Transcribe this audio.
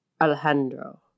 Alejandro